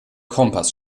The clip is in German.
kompass